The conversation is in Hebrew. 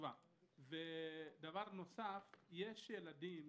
דבר נוסף, יש ילדים